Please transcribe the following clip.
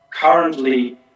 currently